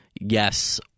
yes